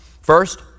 first